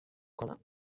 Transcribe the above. کنم